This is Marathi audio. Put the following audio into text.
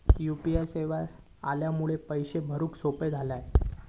यु पी आय सेवा इल्यामुळे पैशे भरुक सोपे झाले